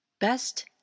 Best